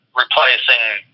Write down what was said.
replacing